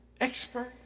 expert